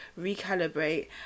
recalibrate